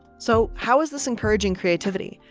so how is this encouraging creativity?